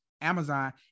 Amazon